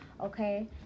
okay